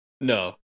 no